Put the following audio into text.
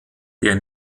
der